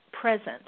present